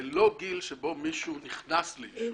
זה לא גיל שבו מישהו נכנס לעישון,